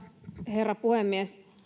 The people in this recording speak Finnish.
herra puhemies